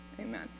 amen